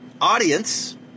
audience